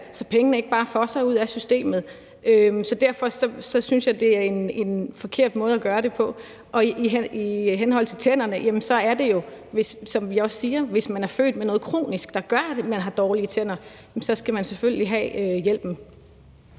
så pengene ikke bare fosser ud af systemet? Så derfor synes jeg, at det er en forkert måde at gøre det på. Og i henhold til tænderne er det jo, som vi også siger, sådan, at hvis man er født med noget kronisk, der gør, at man har dårlige tænder, skal man selvfølgelig have hjælpen.